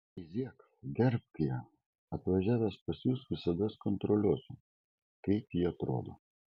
veizėk gerbk ją atvažiavęs pas jus visados kontroliuosiu kaip ji atrodo